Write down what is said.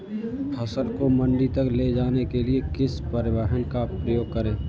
फसल को मंडी तक ले जाने के लिए किस परिवहन का उपयोग करें?